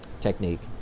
technique